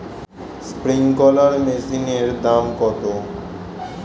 Sprinkler মেশিনের দাম কত?